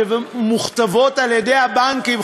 שמוכתבות על-ידי הבנקים,